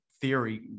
theory